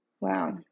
Wow